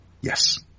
Yes